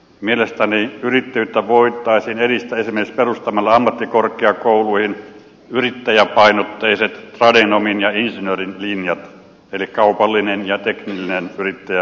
mielestäni yrittäjyyttä voitaisiin edistää esimerkiksi perustamalla ammattikorkeakouluihin yrittäjäpainotteiset tradenomin ja insinöörin linjat eli kaupallinen ja teknillinen yrittäjälinja